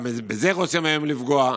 גם בזה רוצים היום לפגוע,